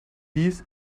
dies